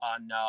on